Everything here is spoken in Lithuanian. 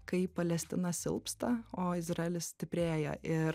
kai palestina silpsta o izraelis stiprėja ir